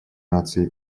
наций